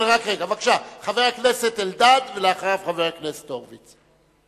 חבר הכנסת אלדד, ולאחריו, חבר הכנסת הורוביץ.